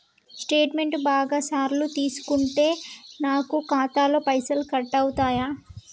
Statement బాగా సార్లు తీసుకుంటే నాకు ఖాతాలో పైసలు కట్ అవుతయా?